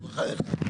בחייך.